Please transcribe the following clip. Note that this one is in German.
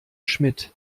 schmidt